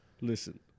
Listen